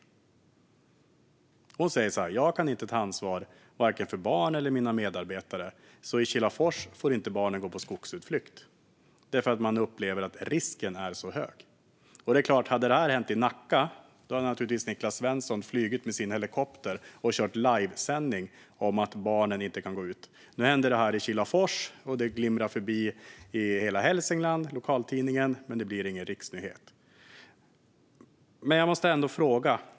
Hon säger att hon inte kan ta ansvar vare sig för barnen för eller medarbetarna. I Kilafors får barnen alltså inte gå på skogsutflykt, eftersom man upplever att risken är så stor. Hade detta hänt i Nacka hade Niklas Svensson naturligtvis flugit med sin helikopter och kört livesändning om att barnen inte kan gå ut. Men nu händer detta i Kilafors, och det glimrar förbi i lokaltidningen i Hälsingland. Men det blir ingen riksnyhet.